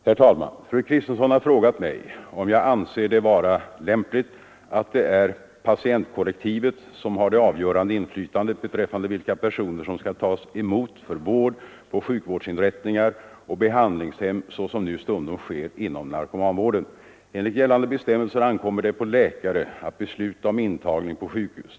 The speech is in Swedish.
Herr talman! Fru Kristensson har frågat mig om jag anser det vara lämpligt att det är patientkollektivet som har det avgörande inflytandet beträffande vilka personer som skall tas emot för vård på sjukvårdsinrättningar och behandlingshem såsom nu stundom sker inom narkomanvården. Enligt gällande bestämmelser ankommer det på läkare att besluta om intagning på sjukhus.